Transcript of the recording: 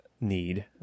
need